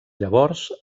llavors